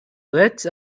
lit